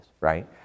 right